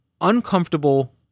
uncomfortable